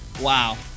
Wow